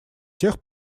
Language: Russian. тех